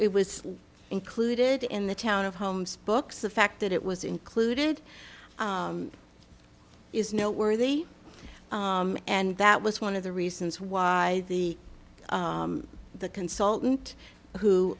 it was included in the town of holmes books the fact that it was included is noteworthy and that was one of the reasons why the the consultant who